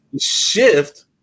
shift